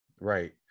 Right